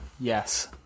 Yes